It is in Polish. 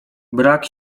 brak